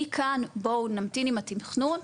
מכאן בואו נמתין עם התכנון,